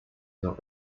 not